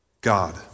God